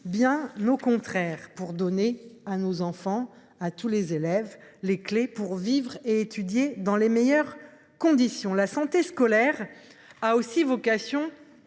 bien au contraire, pour donner à tous les élèves les clés pour vivre et étudier dans les meilleures conditions. La santé scolaire a aussi vocation